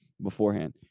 beforehand